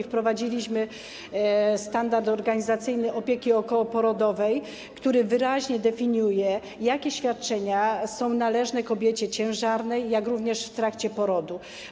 Wprowadziliśmy m.in. standard organizacyjny opieki okołoporodowej, który wyraźnie definiuje, jakie świadczenia są należne kobiecie ciężarnej, jak również w trakcie porodu.